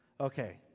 okay